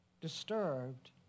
disturbed